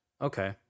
okay